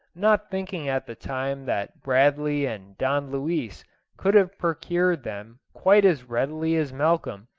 not thinking at the time that bradley and don luis could have procured them quite as readily as malcolm,